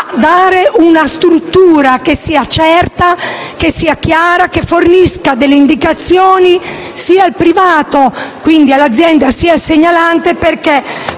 dare una struttura che sia certa e chiara e che fornisca indicazioni sia al privato, quindi all'azienda, sia al segnalante perché